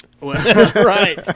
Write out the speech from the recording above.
Right